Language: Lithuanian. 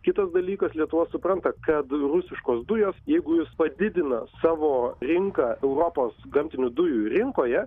kitas dalykas lietuva supranta kad rusiškos dujos jeigu jūs padidina savo rinką europos gamtinių dujų rinkoje